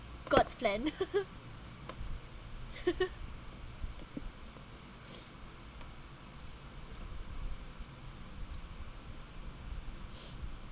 god's plan